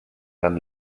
dann